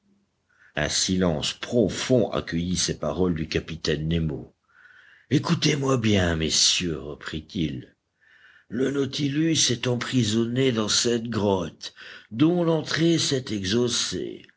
un silence profond accueillit ces paroles du capitaine nemo écoutez-moi bien messieurs reprit-il le nautilus est emprisonné dans cette grotte dont l'entrée s'est exhaussée